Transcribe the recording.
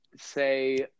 say